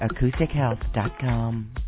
AcousticHealth.com